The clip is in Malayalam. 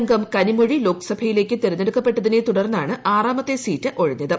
അംഗം കനിമൊഴി ലോക്സഭയിലേക്ക് തെരഞ്ഞെടുക്കപ്പെട്ടതിനെ തുടർന്നാണ് ആറാമത്തെ സീറ്റ് ഒഴിഞ്ഞത്